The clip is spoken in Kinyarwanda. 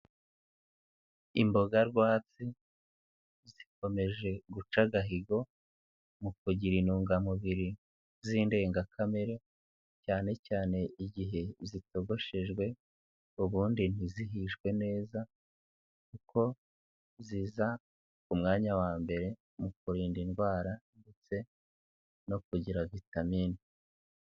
Imboga rwatsi zikomeje guca agahigo mu kugira intungamubiri z'indengakamere cyane cyane igihe zitogoshejwe, ubundi ntizihishwe neza kuko ziza ku mwanya wa mbere mu kurinda indwara ndetse no kugira vitamine.